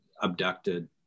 abducted